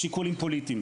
שיקולים פוליטיים.